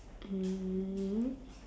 mmhmm